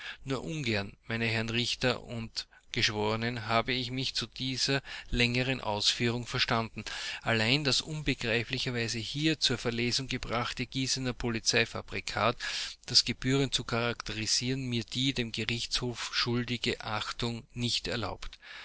nur ungern meine herren richter und geschworenen habe ich mich zu dieser längeren ausführung verstanden allein das unbegreiflicherweise hier zur verlesung gebrachte gießener polizeifabrikat das gebührend zu charakterisieren mir die dem gerichtshof schuldige achtung nicht erlaubt